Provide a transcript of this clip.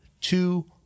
two